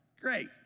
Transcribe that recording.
great